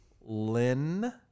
Lynn